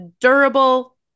durable